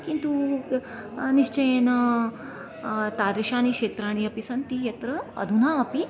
किन्तु निश्चयेन तादृशानि क्षेत्राणि अपि सन्ति यत्र अधुना अपि